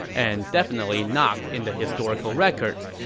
and definitely not in the historical records,